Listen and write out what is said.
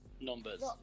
Numbers